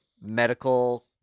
medical